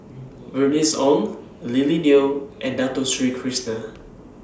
Bernice Ong Lily Neo and Dato Sri Krishna